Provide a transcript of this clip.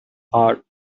heart